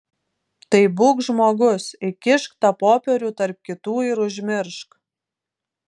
tai būk žmogus įkišk tą popierių tarp kitų ir užmiršk